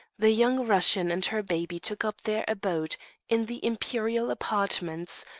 the young russian and her baby took up their abode in the imperial apartments,